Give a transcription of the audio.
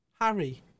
Harry